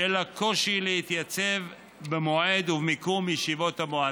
בשל הקושי להתייצב במועד ובמקום של ישיבות המועצה.